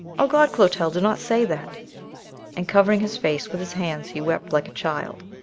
oh god, clotel, do not say that and covering his face with his hands, he wept like a child.